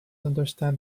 understand